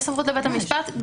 יש סמכות לבית המשפט.